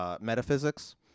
metaphysics